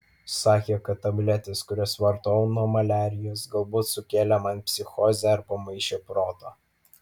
sakė kad tabletės kurias vartojau nuo maliarijos galbūt sukėlė man psichozę ar pamaišė protą